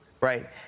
Right